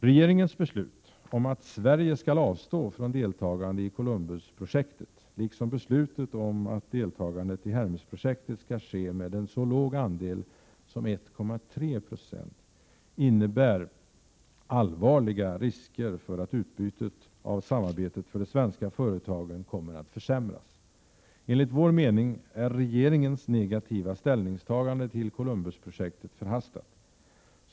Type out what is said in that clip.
Regeringens beslut om att Sverige skall avstå från deltagande i Columbusprojektet, liksom beslutet om att deltagandet i Hermesprojektet skall ske med en så låg andel som 1,3 26, innebär allvarliga risker för att utbytet av samarbetet för de svenska företagen kommer att försämras. Enligt vår mening är regeringens negativa ställningstagande till Columbusprojektet Prot. 1987/88:115 förhastat.